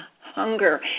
hunger